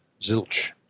zilch